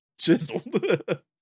Chiseled